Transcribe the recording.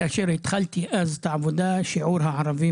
כאשר התחלתי אז את העבודה שיעור הערבים